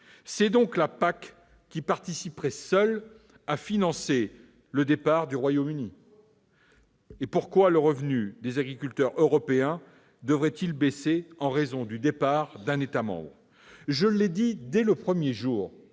C'est donc la seule PAC qui participerait au financement du départ du Royaume-Uni ! Pourquoi le revenu des agriculteurs européens devrait-il baisser en raison du départ d'un État membre ? Je l'ai dit dès le premier jour,